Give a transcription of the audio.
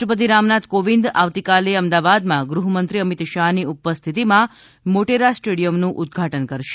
રાષ્ટ્રપતિ રામનાથ કોવિંદ આવતીકાલે અમદાવાદમાં ગૃહમંત્રી અમિત શાહની ઉપસ્થિતિમાં મોટેરા સ્ટેડિયમનું ઉદ્દઘાટન કરશે